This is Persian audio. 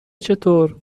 چطور